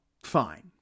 Fine